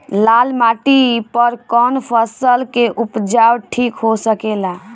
लाल माटी पर कौन फसल के उपजाव ठीक हो सकेला?